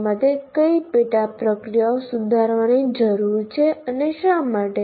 તમારા મતે કઈ પેટા પ્રક્રિયાઓ સુધારવાની જરૂર છે અને શા માટે